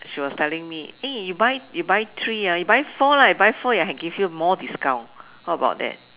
she was telling me eh you buy you buy three ah you buy four lah you buy four I can give you more discount how about that